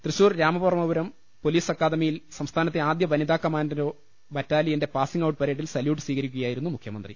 Thrissur Ramavarmapuram police അക്കാദിമിയിൽ സംസ്ഥാ നത്തെ ആദ്യ വനിതാകമാന്റോ ബറ്റാലിയന്റെ പാസിങ് ഔട്ട് പരേ ഡിൽ സല്യൂട്ട് സ്വീകരിക്കുകയായിരുന്നു മുഖ്യമന്ത്രി